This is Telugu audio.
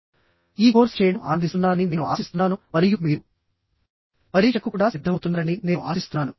మీరు ఈ కోర్సు చేయడం మరియు అసైన్మెంట్స్ రాయడం ఆనందిస్తున్నారని నేను ఆశిస్తున్నాను మరియు మీరు పరీక్షకు కూడా సిద్ధమవుతున్నారని నేను ఆశిస్తున్నాను